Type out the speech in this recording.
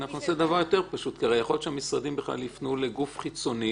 אנחנו נעשה דבר יותר פשוט כי הרי יכול להיות שהמשרדים יפנו לגוף חיצוני